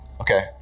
Okay